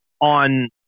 on